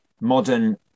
modern